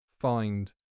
find